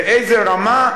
באיזה רמה,